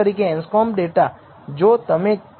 239 જેનો અર્થ એ કે જો તમને 0